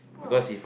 !wow!